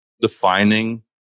defining